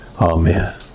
Amen